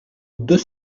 deux